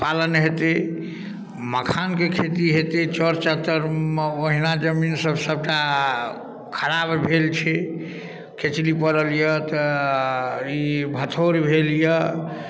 पालन हेतै मखानके खेती हेतै चर चहतरिमे ओहिना जमीनसभ सभटा खराब भेल छै खेसरी पड़ल यए तऽ ई भथौर भेल यए